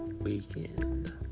weekend